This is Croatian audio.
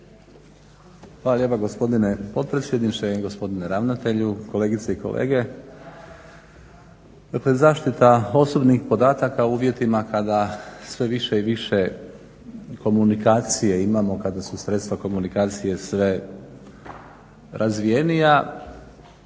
Hvala lijepa gospodine potpredsjedniče, gospodine ravnatelju, kolegice i kolege. Dakle, zaštita osobnih podataka u uvjetima kada sve više i više komunikacije imamo, kada su sredstva komunikacije sve razvijenija.